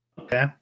okay